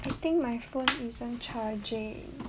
I think my phone isn't charging